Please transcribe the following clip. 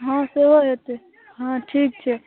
हँ सेहो हेतै हँ ठीक छै